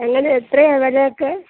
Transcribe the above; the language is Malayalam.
എങ്ങനെ എത്രയാണ് വിലയൊക്കെ